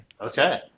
Okay